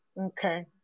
Okay